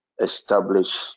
establish